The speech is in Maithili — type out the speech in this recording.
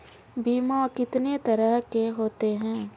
बीमा कितने तरह के होते हैं?